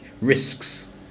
risks